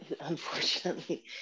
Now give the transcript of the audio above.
Unfortunately